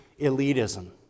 elitism